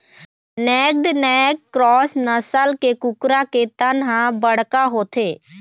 naked neck cross नसल के कुकरा के तन ह बड़का होथे